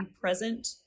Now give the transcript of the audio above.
present